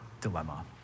dilemma